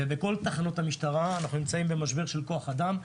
בכל תחנות המשטרה אנחנו נמצאים במשבר של כוח אדם.